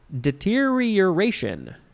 deterioration